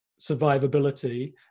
survivability